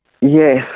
Yes